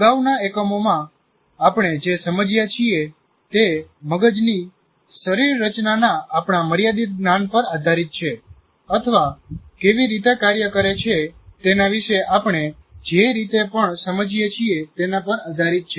અગાઉના એકમોમાં આપણે જે સમજ્યા છીએ તે મગજની શરીરરચનાના આપણા મર્યાદિત જ્ઞાન પર આધારિત છે અથવા કેવી રીતે કાર્ય કરે છે તેના વિશે આપણે જે રીતે પણ સમજીએ છીએ તેના પર આધારિત છે